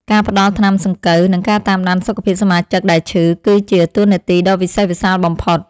ការផ្តល់ថ្នាំសង្កូវ និងការតាមដានសុខភាពសមាជិកដែលឈឺ គឺជាតួនាទីដ៏វិសេសវិសាលបំផុត។